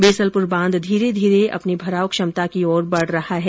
बीसलपुर बांध धीरे धीरे अपनी मराव क्षमता की ओर बढ़ रहा है